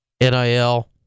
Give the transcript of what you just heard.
NIL